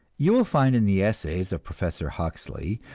you will find in the essays of professor huxley,